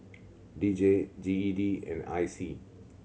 D J G E D and I C